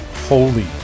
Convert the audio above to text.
holy